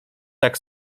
tak